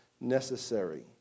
necessary